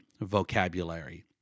vocabulary